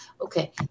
Okay